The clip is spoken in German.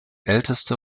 älteste